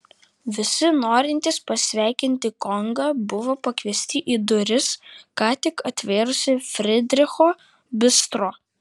visi norintys pasveikinti kongą buvo pakviesti į duris ką tik atvėrusį frydricho bistro